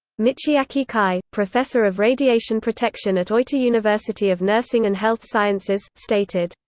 michiaki kai, professor of radiation protection at oita university of nursing and health sciences, stated,